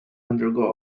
undergo